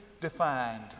defined